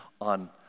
on